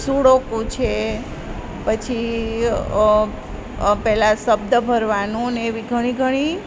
sudoku છે પછી પહેલા શબ્દ ભરવાનુંને એવી ઘણી ઘણી